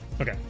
Okay